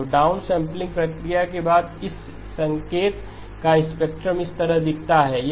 तो डाउनसैंपलिंग प्रक्रिया के बाद इस संकेत का स्पेक्ट्रम इस तरह दिखता है